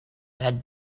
had